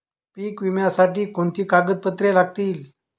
पीक विम्यासाठी कोणती कागदपत्रे लागतील?